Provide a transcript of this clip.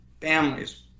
families